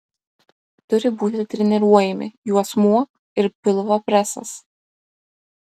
turi būti treniruojami juosmuo ir pilvo presas